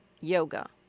Yoga